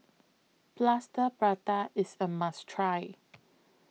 Plaster Prata IS A must Try